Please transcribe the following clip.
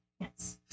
yes